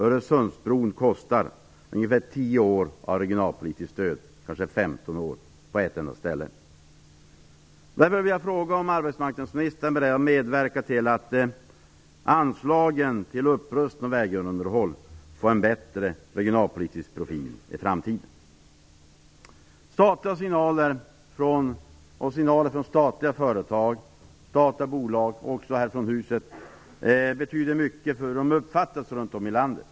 Öresundsbron kostar på ett enda ställe ungefär 10 år - kanske 15 år - av regionalpolitiskt stöd. Signaler från staten, från statliga företag, från databolag och även från detta hus betyder mycket runt om i landet.